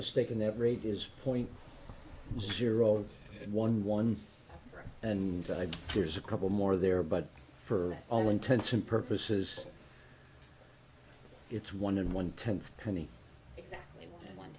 mistaken that rate is point zero one one and there's a couple more there but for all intents and purposes it's one and one tenth penny and